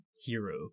hero